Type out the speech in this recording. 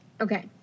okay